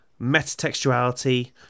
metatextuality